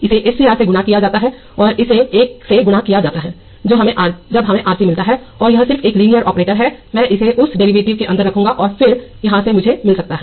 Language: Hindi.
इसे S C R से गुणा किया जाता है और इसे एक से गुणा किया जाता है जो हमें R C मिलता है कि यह सिर्फ एक लीनियर ऑपरेटर है मैं इसे उस डेरीवेटिव के अंदर रखूंगा और फिर यहां भी मुझे यह मिलता है